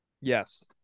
yes